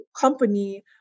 company